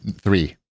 three